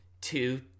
two